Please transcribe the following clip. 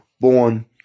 born